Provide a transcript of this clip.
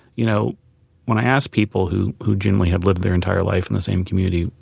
you know when i ask people who who generally have lived their entire life in the same community,